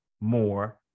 more